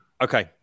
Okay